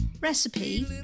Recipe